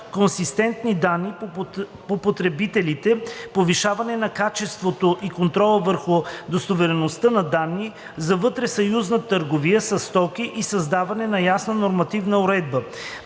консистентни данни на потребителите, повишаване на качеството и контрола върху достоверността на данните за вътресъюзната търговия със стоки и създаване на ясна нормативна уредба.